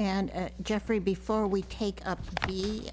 and jeffrey before we take up the